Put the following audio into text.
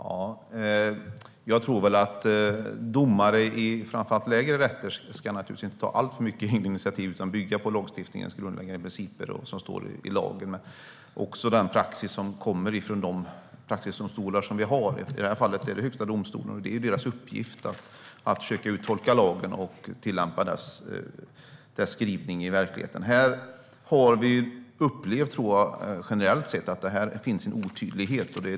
Herr talman! Jag tror inte att domare i framför allt lägre rätter ska ta alltför många egna initiativ. Domarna ska bygga på lagstiftningens grundläggande principer, det som står i lagen, men också den praxis som kommer från våra praxisdomstolar. I det här fallet är det Högsta domstolen. Det är deras uppgift att försöka uttolka lagen och tillämpa dess skrivningar i verkligheten. Här har vi upplevt att det finns en otydlighet.